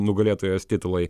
nugalėtojos titulai